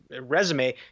resume